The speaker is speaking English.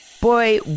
Boy